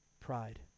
Pride